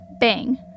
bang